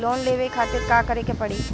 Loan लेवे खातिर का करे के पड़ी?